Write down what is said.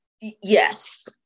yes